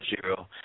zero